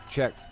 Check